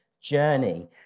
journey